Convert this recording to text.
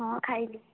ହଁ ଖାଇଲି